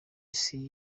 isi